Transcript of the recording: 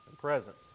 presence